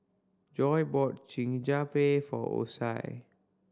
Joi bought for Osie